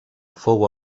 fou